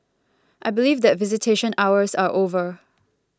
I believe that visitation hours are over